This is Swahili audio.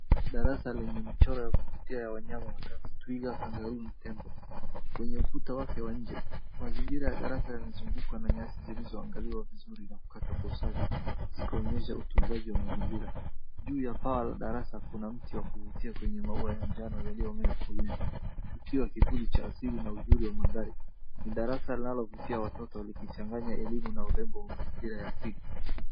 Darasa lenye michoro ya kuvutia ya wanyama watatu, twiga, kangaruu na tembo kwenye ukuta wake wa nje. Mazingira ya darasa yanazungukwa na nyasi zilizolangaliwa vizuri na kukatwa kwa usafi, zikaonyesha utunzaji wa mazingira. Juu ya paa la darasa kuna mti wa kuvutia kwenye maua ya njano yaliyomea kwenye ukio wa kivuli cha asili na uzuri wa mandhari. Ni darasa linalovutia watoto likichanganya elimu na urembo wa mazingira ya asili.